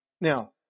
Now